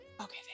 okay